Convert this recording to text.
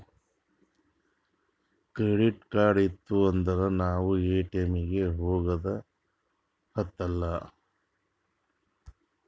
credit card ಇತ್ತು ಅಂದುರ್ ನಾವ್ ಎ.ಟಿ.ಎಮ್ ಗ ಹೋಗದ ಹತ್ತಲಾ